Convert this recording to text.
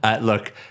Look